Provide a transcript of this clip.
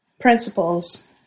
principles